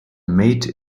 mate